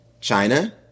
China